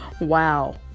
Wow